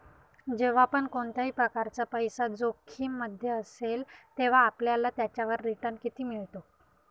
जेव्हा पण कोणत्याही प्रकारचा पैसा जोखिम मध्ये असेल, तेव्हा आपल्याला त्याच्यावर रिटन किती मिळतो?